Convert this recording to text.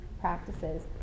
practices